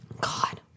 God